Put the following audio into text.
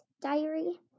Diary